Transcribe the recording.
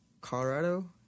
Colorado